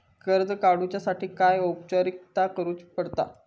कर्ज काडुच्यासाठी काय औपचारिकता करुचा पडता?